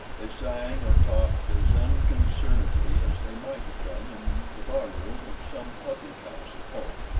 they sang or talked as unconcernedly as they might have done in the bar-room of some publichouse at home.